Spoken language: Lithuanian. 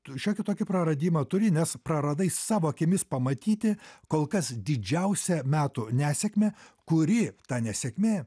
tu šiokį tokį praradimą turi nes praradai savo akimis pamatyti kol kas didžiausią metų nesėkmę kuri ta nesėkmė